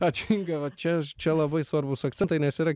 ačiū inga va čia čia labai svarbūs akcentai nes yra